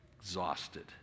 exhausted